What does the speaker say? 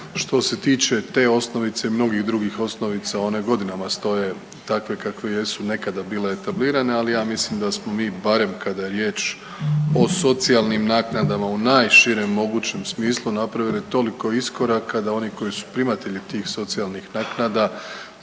Što se tiče te osnovice i mnogih drugih osnovica one godinama stoje takve kakve jesu nekada bile etablirane, ali ja mislim da smo mi barem kada je riječ o socijalnim naknadama u najširem mogućem smislu napravili toliko iskoraka da oni koji su primatelji tih socijalnih naknada